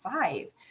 five